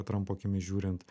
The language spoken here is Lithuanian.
trumpo akimis žiūrint